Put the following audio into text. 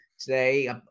today